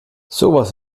sowas